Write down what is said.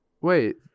wait